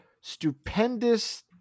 stupendous